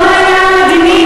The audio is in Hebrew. לא על העניין המדיני.